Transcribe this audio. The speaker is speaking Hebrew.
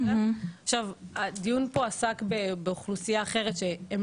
עכשיו הדיון פה עסק באוכלוסייה אחרת שהם